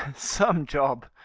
some job!